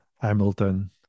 Hamilton